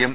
M